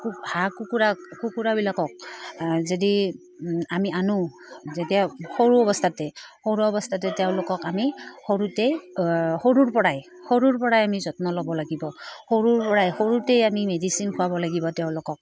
হাঁহ কুকুৰা কুকুৰাবিলাকক যদি আমি আনো যেতিয়া সৰু অৱস্থাতে সৰু অৱস্থাতে তেওঁলোকক আমি সৰুতেই সৰুৰপৰাই সৰুৰপৰাই আমি যত্ন ল'ব লাগিব সৰুৰপৰাই সৰুতেই আমি মেডিচিন খুৱাব লাগিব তেওঁলোকক